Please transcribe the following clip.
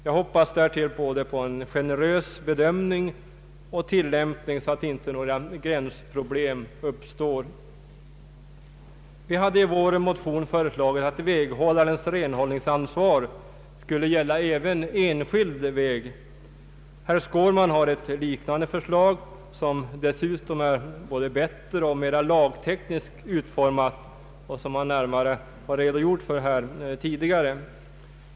Jag hoppas därtill på en generös bedömning och en sådan tillämpning att inte några gränsproblem uppstår. Vi hade i vår motion föreslagit att väghållarens renhållningsansvar skulle gälla även enskild väg. Herr Skårman har ett liknande förslag, som dessutom är både bättre och mera lagtekniskt utformat och som han närmare har redogjort för tidigare.